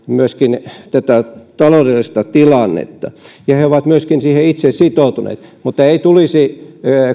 myöskin tätä taloudellista tilannetta ja he ovat myöskin siihen itse sitoutuneet mutta se ettei tulisi